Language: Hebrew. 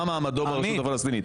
מה מעמדו ברשות הפלסטינית.